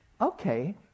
okay